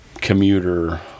commuter